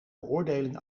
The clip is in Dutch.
beoordeling